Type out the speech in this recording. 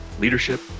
leadership